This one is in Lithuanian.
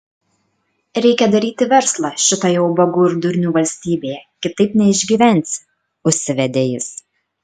reikia daryti verslą šitoje ubagų ir durnių valstybėje kitaip neišgyvensi užsivedė jis